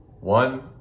One